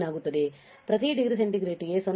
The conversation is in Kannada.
ಪ್ರತಿ ಡಿಗ್ರಿ ಸೆಂಟಿಗ್ರೇಡ್ ಗೆ 0